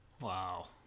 Wow